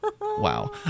Wow